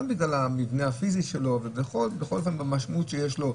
גם בגלל המבנה הפיזי שלי ובכל אופן המשמעות שיש לו,